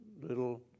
little